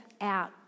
out